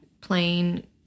plain